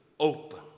Open